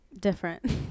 Different